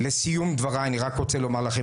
לסיום דבריי אני רק רוצה להגיד לכם,